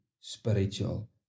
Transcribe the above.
spiritual